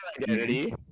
identity